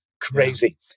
Crazy